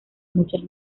muchas